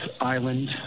island